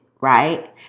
right